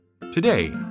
Today